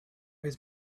his